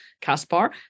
Caspar